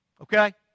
Okay